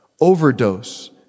overdose